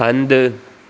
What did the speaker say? हंधु